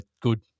Good